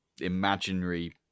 imaginary